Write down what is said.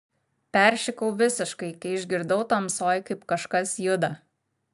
peršikau visiškai kai išgirdau tamsoj kaip kažkas juda